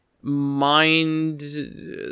mind